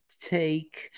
take